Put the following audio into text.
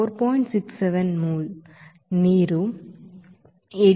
67 mole నీరు 18